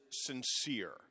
sincere